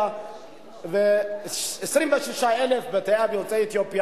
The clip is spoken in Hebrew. זה דבר שהם לא ביקשו עליו כסף.